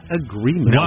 agreement